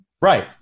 Right